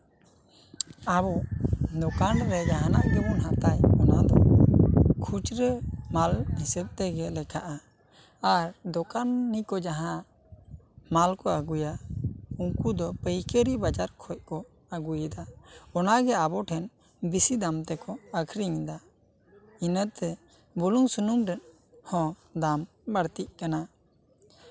ᱟᱵᱚ ᱫᱚᱠᱟᱱᱨᱮ ᱡᱟᱦᱟᱱᱟᱜ ᱜᱮᱵᱚᱱ ᱦᱟᱛᱟᱣᱟ ᱚᱱᱟ ᱫᱚ ᱠᱷᱩᱪᱨᱟᱹ ᱢᱟᱞ ᱦᱤᱥᱟᱹᱵ ᱛᱮᱜᱮ ᱞᱮᱠᱷᱟᱜᱼᱟ ᱟᱨ ᱫᱚᱠᱟᱱᱤ ᱠᱚ ᱡᱟᱦᱟᱸ ᱢᱟᱞ ᱠᱚ ᱟᱹᱜᱩᱭᱟ ᱩᱱᱠᱩ ᱫᱚ ᱯᱟᱹᱭᱠᱟᱹᱨᱤ ᱵᱟᱡᱟᱨ ᱠᱷᱚᱱ ᱠᱚ ᱟᱹᱜᱩᱭᱮᱫᱟ ᱚᱱᱟᱜᱮ ᱟᱵᱚ ᱴᱷᱮᱱ ᱵᱮᱹᱥᱤ ᱫᱟᱢ ᱛᱮᱠᱚ ᱟᱠᱷᱨᱤᱧ ᱮᱫᱟ ᱤᱱᱟᱹᱛᱮ ᱵᱩᱞᱩᱝ ᱥᱩᱱᱩᱢ ᱨᱮᱦᱚᱸ ᱫᱟᱢ ᱵᱟᱲᱛᱤᱜ ᱠᱟᱱᱟ